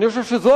אני חושב שזו